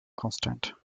constant